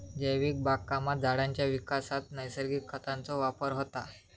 जैविक बागकामात झाडांच्या विकासात नैसर्गिक खतांचो वापर होता